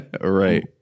right